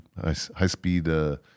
high-speed